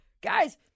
guys